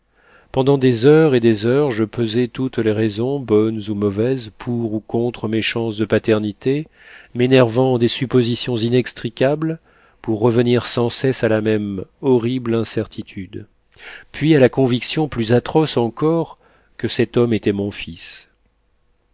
pendant des heures et des heures je pesais toutes les raisons bonnes ou mauvaises pour ou contre mes chances de paternité m'énervant en des suppositions inextricables pour revenir sans cesse à la même horrible incertitude puis à la conviction plus atroce encore que cet homme était mon fils